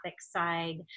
side